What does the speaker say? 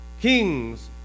kings